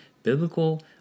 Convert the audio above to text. biblical